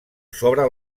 sobre